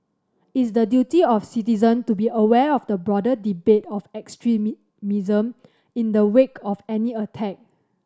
it's the duty of citizens to be aware of the broader debate of extremism in the wake of any attack